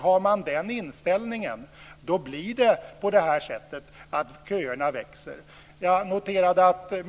Har man den inställningen växer köerna.